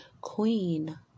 Queen